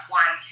one